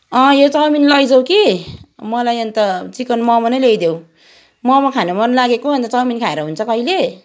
अँ यो चौमिन लैजाऊ कि मलाई अन्त चिकन मोमो नै ल्याइदेऊ मोमो खान मन लागेको अन्त चौमिन खाएर हुन्छ कहिले